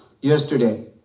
yesterday